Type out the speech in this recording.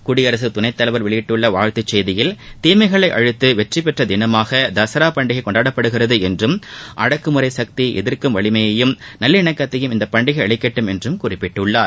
குடியரசுத் துணைத் தலைவர் வெளியிட்டுள்ள வாழ்த்து செய்தியில் தீஸமகளை அழித்து வெற்றி பெற்ற தினமாக தசரா பண்டிகை கொண்டாடப்படுகிறது என்றும் அடக்குமுறை சக்தியை எதிர்க்கும் வலிமையையும் நல்லிணக்கத்தையும் இப்பண்டிகை அளிக்கட்டும் என்றும் குறிப்பிட்டுள்ளார்